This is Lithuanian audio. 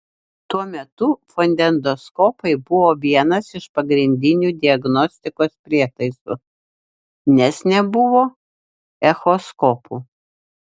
tuo metu fonendoskopai buvo vienas iš pagrindinių diagnostikos prietaisų nes nebuvo echoskopų